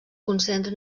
concentra